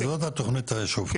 זאת התוכנית שהופקדה.